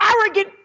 arrogant